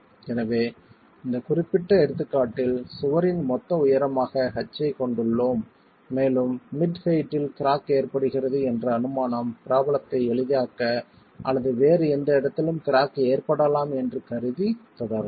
எனவே இந்த குறிப்பிட்ட எடுத்துக்காட்டில் சுவரின் மொத்த உயரமாக h ஐக் கொண்டுள்ளோம் மேலும் மிட் ஹெயிட்டில் கிராக் ஏற்படுகிறது என்ற அனுமானம் ப்ராப்ளத்தை எளிதாக்க அல்லது வேறு எந்த இடத்திலும் கிராக் ஏற்படலாம் என்று கருதி தொடரலாம்